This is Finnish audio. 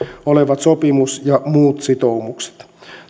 olevat sopimus ja muut sitoumukset